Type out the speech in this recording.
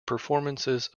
performances